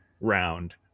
round